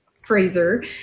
Fraser